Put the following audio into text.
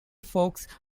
forks